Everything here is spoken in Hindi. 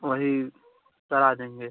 वही करा देंगे